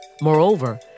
Moreover